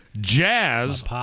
Jazz